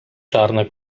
czarne